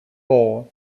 four